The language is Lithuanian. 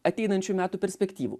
ateinančių metų perspektyvų